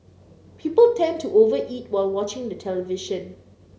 people tend to over eat while watching the television